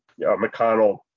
mcconnell